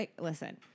Listen